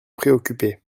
préoccupé